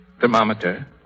Thermometer